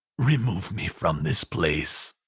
remove me from this place.